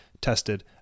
tested